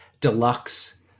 deluxe